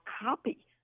copy